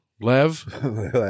Lev